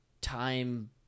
time